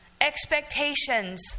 expectations